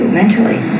mentally